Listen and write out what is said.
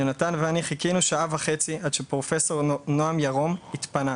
יונתן ואני חיכינו שעה וחצי עד שפרופ' נועם ירום התפנה,